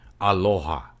aloha